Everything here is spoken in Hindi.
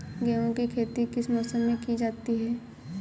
गेहूँ की खेती किस मौसम में की जाती है?